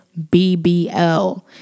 BBL